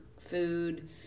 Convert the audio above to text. food